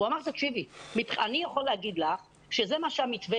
הוא אמר: אני יכול להגיד לך שזה המתווה